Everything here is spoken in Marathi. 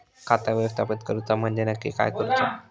खाता व्यवस्थापित करूचा म्हणजे नक्की काय करूचा?